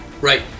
right